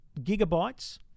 gigabytes